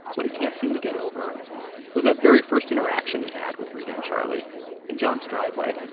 what he can't seem to get over was that very first interaction he had with reta and charlie in john's driveway